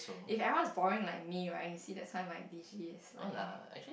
if everyone was boring like me right you see the time I busy is like